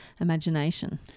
imagination